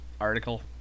article